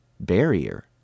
barrier